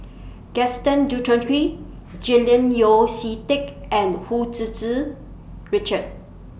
Gaston Dutronquoy Julian Yeo See Teck and Hu Tsu Tsu Richard